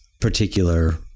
particular